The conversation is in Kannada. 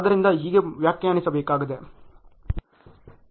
ಅದನ್ನು ಹೀಗೆ ವ್ಯಾಖ್ಯಾನಿಸಬೇಕಾಗಿದೆ